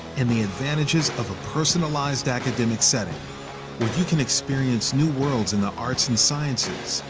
and the advantages of a personalized academic setting where you can experience new worlds in the arts and sciences,